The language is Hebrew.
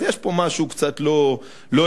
אז יש פה משהו קצת לא הגיוני.